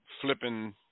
flipping